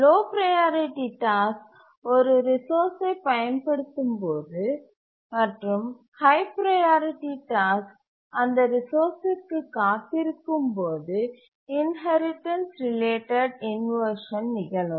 low priority task ஒரு ரிசோர்ஸ்சை பயன்படுத்தும் போது மற்றும் ஹய் ப்ரையாரிட்டி டாஸ்க் அந்த ரிசோர்ஸ்சிற்கு காத்திருக்கும் போது இன்ஹெரிடன்ஸ் ரிலேட்டட் இன்வர்ஷன் நிகழும்